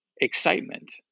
excitement